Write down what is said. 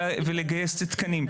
לגייס תקנים,